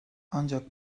ancak